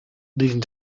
leading